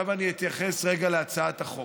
אני אתייחס להצעת החוק.